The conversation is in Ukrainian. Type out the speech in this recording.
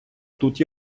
тут